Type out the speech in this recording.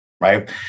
Right